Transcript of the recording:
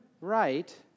right